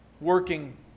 working